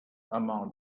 among